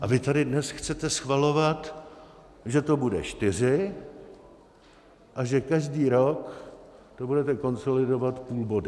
A vy tady dnes chcete schvalovat, že to bude čtyři a že každý rok to budete konsolidovat půl bodem.